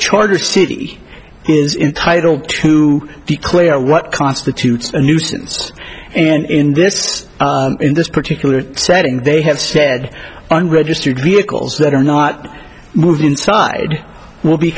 charter city is entitle to declare what constitutes a nuisance and in this in this particular setting they have said unregistered vehicles that are not moved inside will be